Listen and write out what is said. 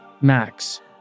Max